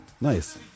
Nice